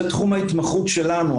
זה תחום ההתמחות שלנו,